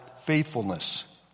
faithfulness